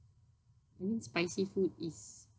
spicy food is